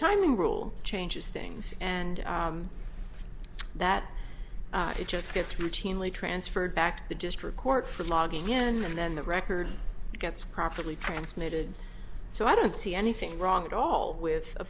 timing rule changes things and that it just gets routinely transferred back to the district court for logging in and then the record gets properly transmitted so i don't see anything wrong at all with